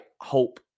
hope